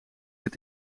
het